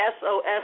SOS